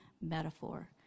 metaphor